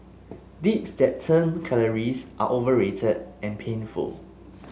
dips that turn calories are overrated and painful